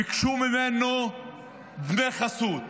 ביקשו ממנו דמי חסות,